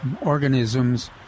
organisms